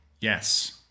Yes